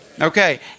Okay